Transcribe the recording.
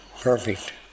perfect